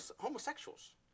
homosexuals